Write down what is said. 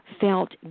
felt